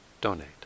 donate